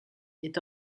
est